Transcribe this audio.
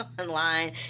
online